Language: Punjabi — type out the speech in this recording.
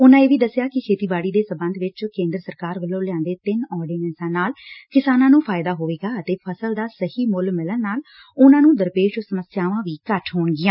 ਉਨਾਂ ਇਹ ਵੀ ਦਸਿਆ ਕਿ ਖੇਤੀਬਾਤੀ ਦੇ ਸਬੰਧ ਵਿਚ ਕੇਂਦਰ ਸਰਕਾਰ ਵੱਲੋਂ ਲਿਆਂਦੇ ਤਿੰਨ ਆਰਡੀਨੈਂਸਾਂ ਨਾਲ ਕਿਸਾਨਾਂ ਨੂੰ ਫਾਇਦਾਂ ਹੋਏਗਾ ਅਤੇ ਫਸਲ ਦਾ ਸਹੀ ਮੁੱਖ ਮਿਲਣ ਨਾਲ ਉਨੂਾ ਨੂੰ ਦਰਪੇਸ਼ ਸਮੱਸਿਆਵਾਂ ਘੱਟ ਹੋਣਗੀਆਂ